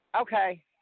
Okay